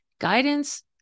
guidance